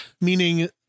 meaning